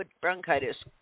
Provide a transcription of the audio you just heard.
bronchitis